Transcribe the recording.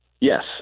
Yes